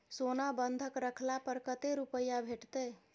सोना बंधक रखला पर कत्ते रुपिया भेटतै?